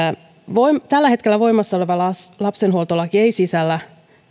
tällä hetkellä voimassa oleva lapsenhuoltolaki ei sisällä